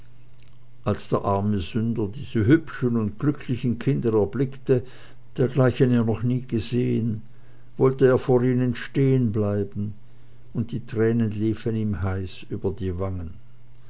als der arme sünder diese hübschen und glücklichen kinder erblickte dergleichen er noch nie gesehen wollte er vor ihnen stehenbleiben und die tränen liefen ihm heiß über die wangen